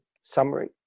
summary